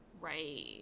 Right